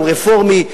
הוא רפורמי,